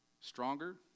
stronger